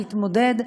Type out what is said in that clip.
להתמודד,